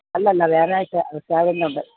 അല്ലല്ലല്ല വ്യാഴാഴ്ച്ച ഉണ്ട്